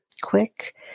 quick